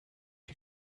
you